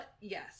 Yes